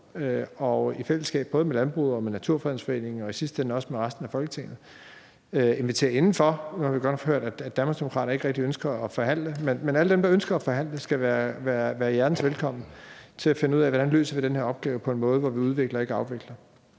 i fællesskab – både med landbruget, med Naturfredningsforeningen og i sidste ende også med resten af Folketinget, som vi inviterer indenfor. Nu har vi godt nok hørt, at Danmarksdemokraterne ikke rigtig ønsker at forhandle, men alle dem, der ønsker at forhandle, skal være hjertens velkomne til at være med til at finde ud af, hvordan vi løser den her opgave på en måde, hvor vi udvikler og ikke afvikler.